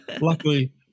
Luckily